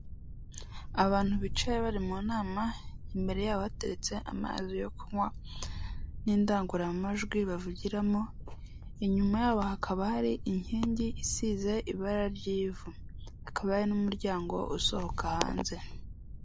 Abantu bicaye bari mu nama imbere yabo hateretse amazi yo kunywa n'indangururamajwi bavugiramo, inyuma yabo hakaba hari inkingi isize ibara ry'ivu hakaba hari n'umuryango usohoka hanze.